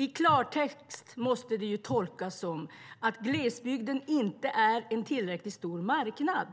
I klartext måste det ju tolkas som att glesbygden inte är en tillräckligt stor marknad.